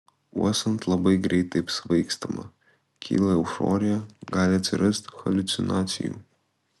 uostant labai greitai apsvaigstama kyla euforija gali atsirasti haliucinacijų